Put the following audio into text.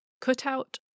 cutout